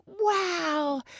wow